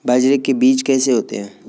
बाजरे के बीज कैसे होते हैं?